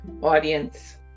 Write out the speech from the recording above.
Audience